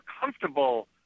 comfortable